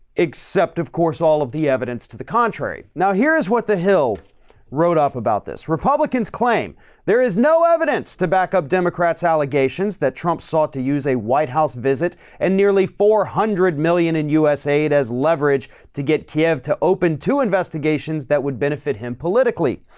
except of course all of the evidence to the contrary. now, here's what the hill wrote up about this republicans claim there is no evidence to back up democrats allegations that trump sought to use a white house visit and nearly four hundred million in us aid as leverage to get kiev to open two investigations that would benefit him politically.